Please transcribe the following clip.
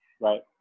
Right